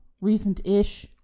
recent-ish